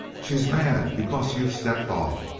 she's mad because you've stepped off.